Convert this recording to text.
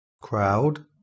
Crowd